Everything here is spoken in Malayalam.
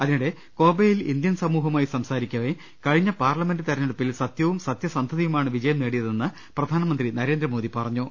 അതിനിടെ കോബെയിൽ ഇന്ത്യൻ സമൂഹവുമായി സംസാരി ക്കവെ കഴിഞ്ഞ പാർലമെന്റ് തെരഞ്ഞെടുപ്പിൽ സത്യവും സത്യ സന്ധതയുമാണ് വിജയം നേടിയതെന്ന് പ്രധാനമന്ത്രി നരേന്ദ്രമോദി പറഞ്ഞു